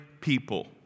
people